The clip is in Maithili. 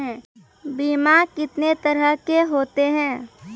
बीमा कितने तरह के होते हैं?